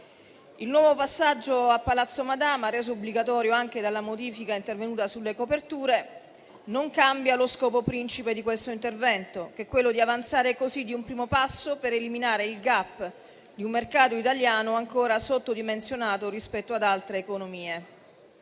Il nuovo passaggio a Palazzo Madama, reso obbligatorio anche dalla modifica intervenuta sulle coperture, non cambia lo scopo principe di questo intervento, che è quello di avanzare di un primo passo per eliminare il *gap* di un mercato italiano ancora sottodimensionato rispetto ad altre economie.